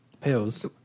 Pills